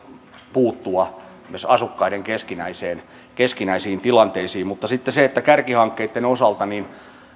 puuttua myöskään asukkaiden keskinäisiin tilanteisiin mutta sitten kärkihankkeitten osalta